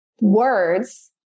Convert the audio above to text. words